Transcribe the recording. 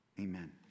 amen